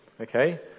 Okay